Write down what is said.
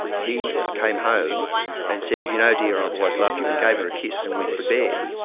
he came home and said, you know dear, i've always loved you', and gave her a kiss and went to bed.